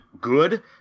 good